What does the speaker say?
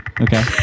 Okay